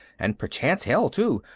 and perchance hell too.